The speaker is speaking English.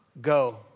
go